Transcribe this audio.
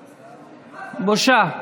בושה.